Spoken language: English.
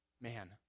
man